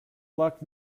luck